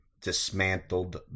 dismantled